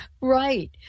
Right